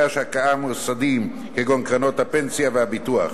ההשקעה המוסדיים כגון קרנות הפנסיה והביטוח.